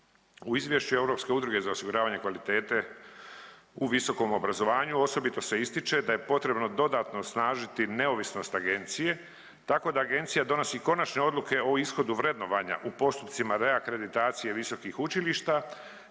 U izvješću Europske udruge za osiguravanje kvalitete u visokom obrazovanju osobito se ističe da je potrebno dodatno osnažiti neovisnost agencije tako da agencija donosi konačne odluke o ishodu vrednovanja u postupcima reakreditacije visokih učilišta,